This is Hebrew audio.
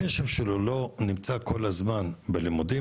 הקשב שלו לא נמצא כל הזמן בלימודים,